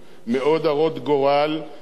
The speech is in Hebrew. מתנהלים בלי שר להגנת העורף.